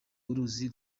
uruzi